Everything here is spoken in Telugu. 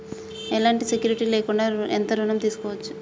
ఎలాంటి సెక్యూరిటీ లేకుండా ఎంత ఋణం తీసుకోవచ్చు?